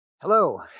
Hello